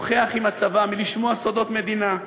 משמיעת סודות מדינה,